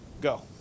go